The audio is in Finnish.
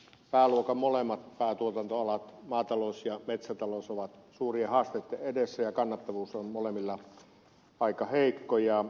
pääluokan molemmat päätuotantoalat maatalous ja metsätalous ovat suurien haasteitten edessä ja kannattavuus on molemmilla aika heikko